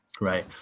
right